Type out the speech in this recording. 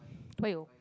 why your